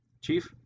Chief